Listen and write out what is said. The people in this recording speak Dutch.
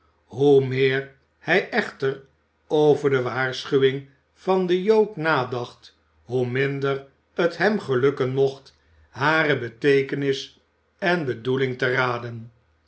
hoe meer hij echter over de waarschuwing van den jood nadacht hoe minder het hem gelukken mocht hare beteekenis en bedoeling te raden